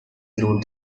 wrote